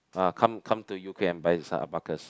ah come come to U_K and buy this alpacas